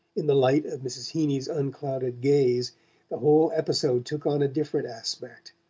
in the light of mrs. heeny's unclouded gaze the whole episode took on a different aspect,